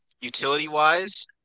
utility-wise